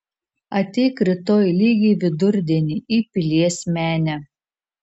ateik rytoj lygiai vidurdienį į pilies menę